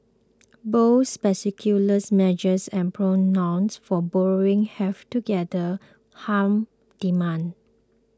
both measures and prudent norms for borrowing have together hurt demand